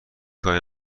کاری